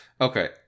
Okay